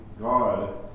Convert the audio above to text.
God